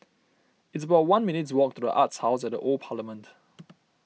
it's about one minutes' walk to the Arts House at the Old Parliament